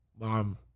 Mom